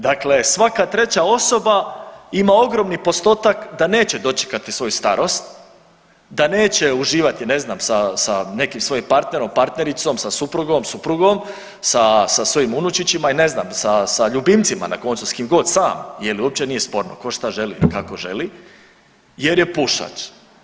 Dakle, svaka treća osoba ima ogromni postotak da neće dočekati svoju starost, da neće uživati sa ne znam nekim svojim partnerom, partnericom, sa suprugom, suprugom, sa svojim unučićima i ne znam sa ljubimcima na koncu, s kim god, sam, je li uopće nije sporno, tko šta želi i kako želi jer je pušač.